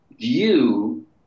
view